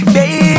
Baby